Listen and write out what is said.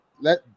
let